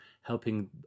helping